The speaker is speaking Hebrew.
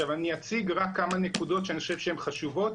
אני אציג רק כמה נקודות שאני חושב שהן חשובות,